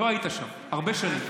לא היית שם הרבה שנים.